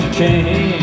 change